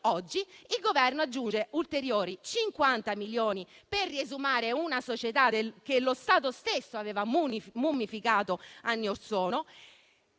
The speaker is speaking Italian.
il Governo aggiunge ulteriori 50 milioni per riesumare una società che lo Stato stesso aveva mummificato anni orsono,